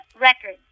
records